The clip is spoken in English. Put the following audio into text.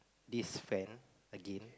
this friend again